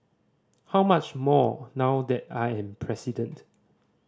how much more now that I am president